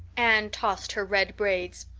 anne tossed her red braids.